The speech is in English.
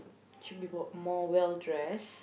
she be bought more well dressed